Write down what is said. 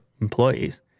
employees